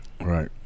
Right